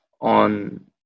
on